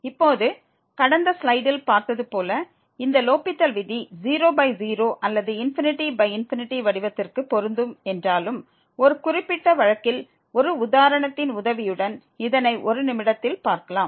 இப்போது கடந்த ஸ்லைடில் பார்த்தது போல இந்த லோப்பித்தல் விதி 00 அல்லது ∞∞ வடிவத்திற்கு பொருந்தும் என்றாலும் ஒரு குறிப்பிட்ட வழக்கில் ஒரு உதாரணத்தின் உதவியுடன் இதனை ஒரு நிமிடத்தில் பார்க்கலாம்